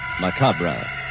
Macabre